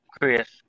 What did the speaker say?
Chris